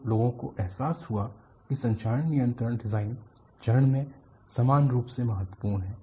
तो लोगों को एहसास हुआ कि संक्षारण नियंत्रण डिजाइन चरण में समान रूप से महत्वपूर्ण है